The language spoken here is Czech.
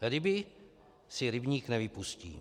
Ryby si rybník nevypustí.